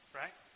right